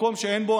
מקום שאין בו,